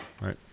right